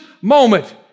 moment